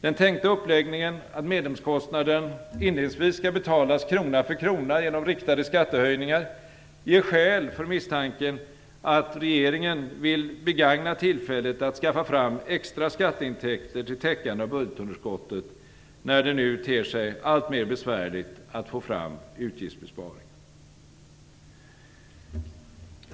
Den tänkta uppläggningen att medlemskostnaden inledningsvis skall betalas krona för krona genom riktade skattehöjningar ger skäl för misstanken att regeringen vill begagna tillfället att skaffa fram extra skatteintäkter till täckande av budgetunderskottet, när det nu ter sig alltmer besvärligt att få fram utgiftsbesparingar.